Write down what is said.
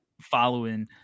following